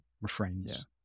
refrains